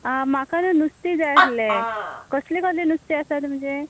आं म्हाका न्हय नुस्तें जाय आसलें कसलें कसलें नुस्तें आसा तुमचे